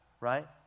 right